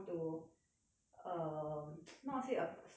um not say a stop but